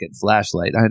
flashlight